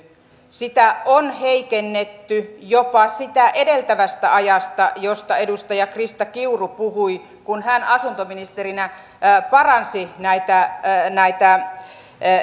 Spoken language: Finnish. sitä on heikennetty jopa sitä edeltävästä ajasta josta edustaja krista kiuru puhui kun hän asuntoministerinä paransi näitä ehtoja